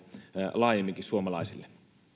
laajemminkin suomalaisille